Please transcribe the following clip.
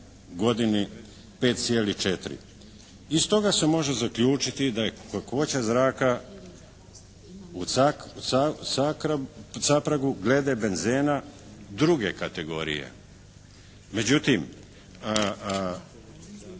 godini 5,4. Iz toga se može zaključiti da je kakvoća zraka u Capragu glede benzena druge kategorije. Međutim